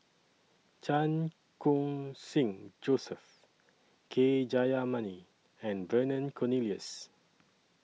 Chan Khun Sing Joseph K Jayamani and Vernon Cornelius